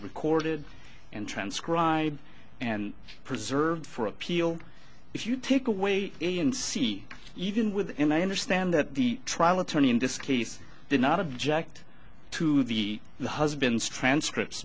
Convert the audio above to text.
recorded and transcribed and preserved for appeal if you take away a and c even with and i understand that the trial attorney in this case did not object to the husband's transcripts